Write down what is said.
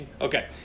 okay